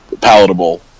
palatable